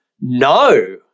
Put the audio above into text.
no